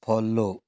follow